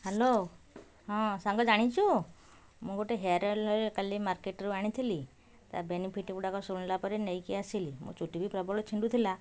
hello ହଁ ସାଙ୍ଗ ଜାଣିଛୁ ମୁଁ ଗୋଟେ ହେୟାର ଅଏଲ୍ କାଲି ମାର୍କେଟରୁ ଆଣିଥିଲି ତା' ବେନିଫିଟ୍ ଗୁଡ଼ିକ ଶୁଣିଲାପରେ ନେଇକି ଆସିଲି ମୋ ଚୁଟି ବି ପ୍ରବଳ ଛିଣ୍ଡୁଥିଲା